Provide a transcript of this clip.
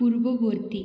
পূর্ববর্তী